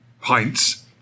pints